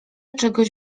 czegoś